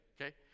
Okay